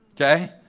okay